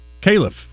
Caliph